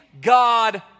God